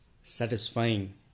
satisfying